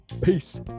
peace